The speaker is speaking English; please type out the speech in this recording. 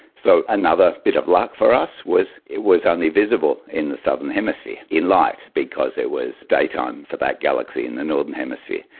so another bit of luck for us was it was only visible in the southern hemisphere, in light, because it was daytime for that galaxy in the northern hemisphere.